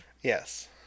yes